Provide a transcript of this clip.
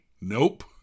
Nope